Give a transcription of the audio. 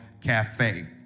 Cafe